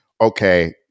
Okay